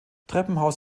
treppenhaus